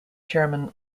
chairman